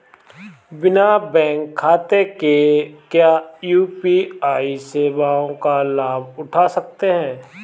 बिना बैंक खाते के क्या यू.पी.आई सेवाओं का लाभ उठा सकते हैं?